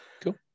cool